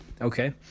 Okay